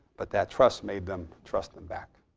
but that trust made them trust them back.